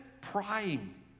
prying